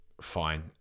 fine